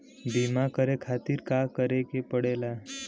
बीमा करे खातिर का करे के पड़ेला?